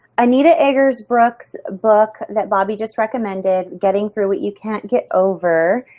anita agers-brooks book that bobbi just recommended, getting through what you can't get over,